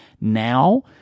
now